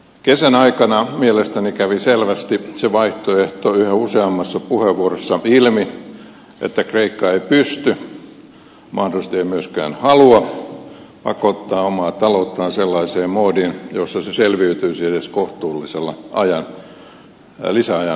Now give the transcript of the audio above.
kesän aikana mielestäni kävi yhä useammassa puheenvuorossa selvästi ilmi se vaihtoehto että kreikka ei pysty mahdollisesti ei myöskään halua pakottaa omaa talouttaan sellaiseen moodiin jossa se selviytyisi edes kohtuullisella lisäajan saavuttamisella